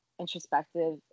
introspective